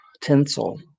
tinsel